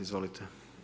Izvolite.